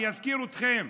אני אזכיר לכם.